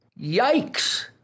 Yikes